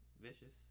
vicious